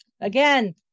again